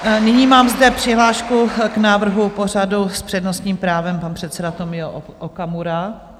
Nyní mám zde přihlášku k návrhu pořadu s přednostním právem pan předseda Tomio Okamura.